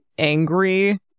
angry